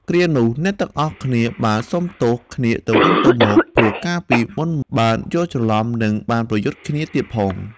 គ្រានោះ អ្នកទាំងអស់គ្នាបានសុំទោសគ្នាទៅវិញទៅមក ព្រោះកាលពីមុនបានយល់ច្រឡំ នឹងបានប្រយុទ្ធគ្នាទៀតផង។